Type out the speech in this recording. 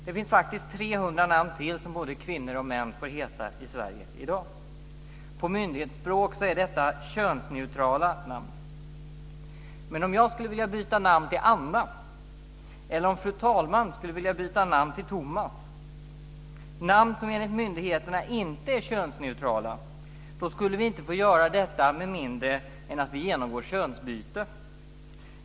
Det finns faktiskt Sverige i dag. På myndighetsspråk är detta könsneutrala namn. Men om jag skulle vilja byta namn till Anna, eller om fru talman skulle vilja byta namn till Tomas, namn som enligt myndigheterna inte är könsneutrala, skulle vi inte få göra detta med mindre än att vi genomgår könsbyte.